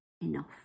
enough